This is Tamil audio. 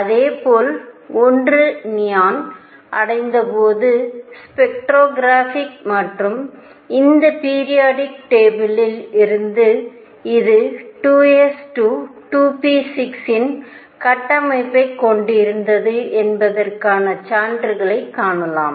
இதேபோல் ஒன்று நியானை அடைந்தபோது ஸ்பெக்ட்ரோஸ்கோபிக் மற்றும் இந்த பிரியாடிக் டேபிளில் இருந்த இது 2 s 2 2 p 6 இன் கட்டமைப்பைக் கொண்டிருந்தது என்பதற்கான சான்றுகளைக் காணலாம்